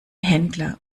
händler